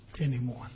anymore